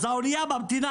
אז האנייה ממתינה.